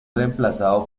reemplazado